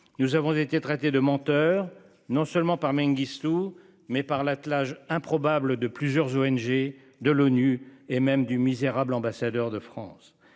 Nous avons été traités de menteurs, non seulement par Mengistu mais par l'attelage improbable de plusieurs ONG de l'ONU et même du misérable, ambassadeur de France,